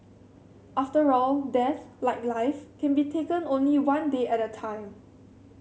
after all death like life can be taken only one day at a time